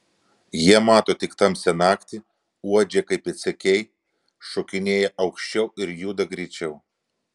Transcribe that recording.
jie mato tik tamsią naktį uodžia kaip pėdsekiai šokinėja aukščiau ir juda greičiau